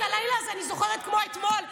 את הלילה הזה אני זוכרת כמו אתמול,